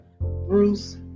Bruce